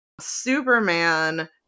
Superman